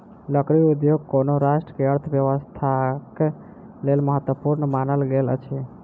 लकड़ी उद्योग कोनो राष्ट्र के अर्थव्यवस्थाक लेल महत्वपूर्ण मानल गेल अछि